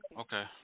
Okay